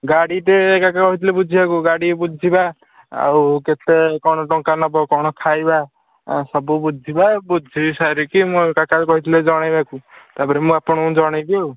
ଗାଡ଼ିଟେ କାକା କହିଥିଲେ ବୁଝିବାକୁ ଗାଡ଼ି ବୁଝିବା ଆଉ କେତେ କ'ଣ ଟଙ୍କା ନେବ କ'ଣ ଖାଇବା ସବୁ ବୁଝିବା ବୁଝିସାରିକି ମୁଁ କାକାଙ୍କୁ କହିଥିଲେ ଜଣାଇବାକୁ ତା'ପରେ ମୁଁ ଆପଣଙ୍କୁ ଜଣାଇବି ଆଉ